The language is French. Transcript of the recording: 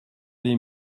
les